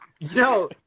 No